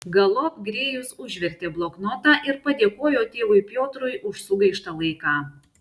galop grėjus užvertė bloknotą ir padėkojo tėvui piotrui už sugaištą laiką